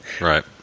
Right